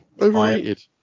Overrated